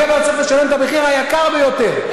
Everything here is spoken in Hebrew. והגבר צריך לשלם את המחיר היקר ביותר,